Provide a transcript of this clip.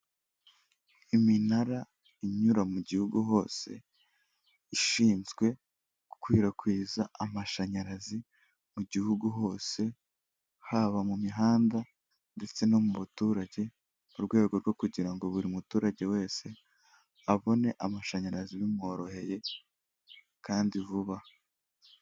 Iminara inyura mu gihugu hose ishinzwe gukwirakwiza amashanyarazi mu gihugu hose, haba mu mihanda ndetse no mu baturage mu rwego rwo kugirango buri muturage wese abone amashanyarazi bimworoheye kandi vuba.